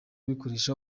bikoresha